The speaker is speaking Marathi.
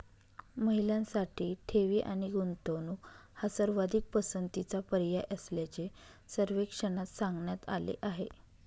महिलांसाठी ठेवी आणि गुंतवणूक हा सर्वाधिक पसंतीचा पर्याय असल्याचे सर्वेक्षणात सांगण्यात आले आहे